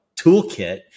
toolkit